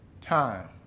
time